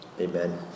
Amen